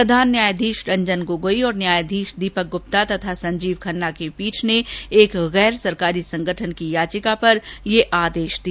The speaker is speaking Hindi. प्रधान न्यायाधीश रंजन गोगोई और न्यायाधीश दीपक गुप्ता तथा संजीव खन्ना की पीठ ने एक गैर सरकारी संगठन की याचिका पर यह आदेश दिया